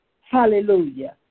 Hallelujah